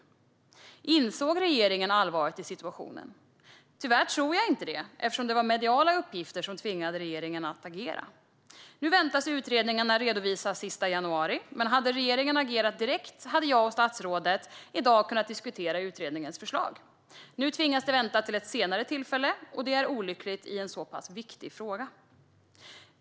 Insåg regeringen allvaret i situationen? Tyvärr tror jag inte det, eftersom det var mediala uppgifter som tvingade regeringen att agera. Utredningarna väntas redovisas den 31 januari, men hade regeringen agerat direkt hade jag och statsrådet i dag kunnat diskutera utredningens förslag. Nu tvingas detta vänta till ett senare tillfälle, och det är olyckligt i en så pass viktig fråga.